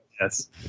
Yes